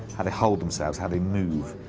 how they hold themselves, how they move.